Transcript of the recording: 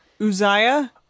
Uzziah